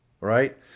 right